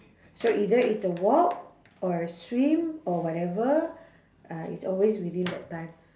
so either it's a walk or a swim or whatever uh it's always within that time